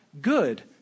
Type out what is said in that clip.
good